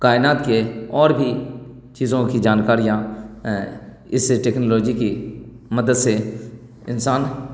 کائنات کے اور بھی چیزوں کی جانکاریاں اس ٹیکنالوجی کی مدد سے انسان